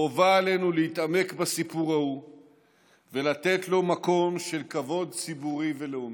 חובה עלינו להתעמק בסיפור ההוא ולתת לו מקום של כבוד ציבורי ולאומי.